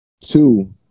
Two